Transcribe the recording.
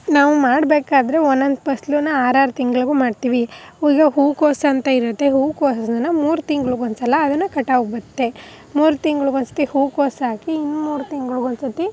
ನಾವು ಮಾಡಬೇಕಾದ್ರೆ ಒಂದೊಂದು ಫಸ್ಲನ್ನ ಆರಾರು ತಿಂಗ್ಳಿಗು ಮಾಡ್ತೀವಿ ಈಗ ಹೂಕೋಸು ಅಂತ ಇರುತ್ತೆ ಹೂಕೋಸು ಅದನ್ನು ಮೂರು ತಿಂಗ್ಳಿಗೆ ಒಂದ್ಸಲ ಅದನ್ನು ಕಟಾವಿಗೆ ಬತ್ತೆ ಮೂರು ತಿಂಗ್ಳಿಗೆ ಒಂದ್ಸರ್ತಿ ಹೂಕೋಸಾಕಿ ಇನ್ನು ಮೂರು ತಿಂಗ್ಳಿಗೆ ಒಂದ್ಸರ್ತಿ